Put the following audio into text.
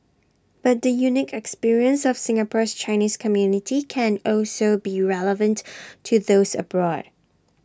but the unique experience of Singapore's Chinese community can also be relevant to those abroad